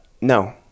no